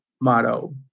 motto